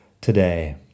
today